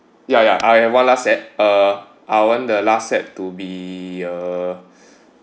ya ya I have one last set uh I want the last set to be uh